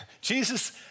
Jesus